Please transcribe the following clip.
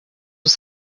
was